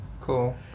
Cool